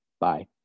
Bye